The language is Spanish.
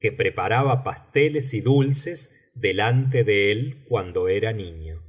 que preparaba pasteleq y dulces delante de él cuando era niño